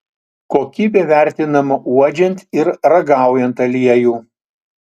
kokybė vertinama uodžiant ir ragaujant aliejų